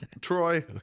Troy